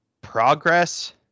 progress